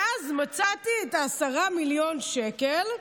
ואז מצאתי את 10 מיליון השקלים,